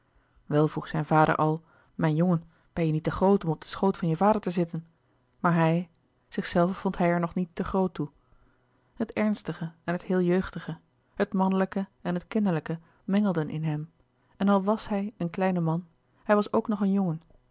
wel vroeg zijn vader al mijn jongen ben je niet te groot om op den schoot van je vader te zitten maar hij zichzelven vond hij er nog niet te groot toe het ernstige en het heel jeugdige het mannelijke en het kinderlijke mengelden in hem en al was hij een kleine man hij was ook nog een jongen